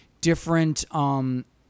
different